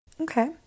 Okay